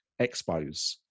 expos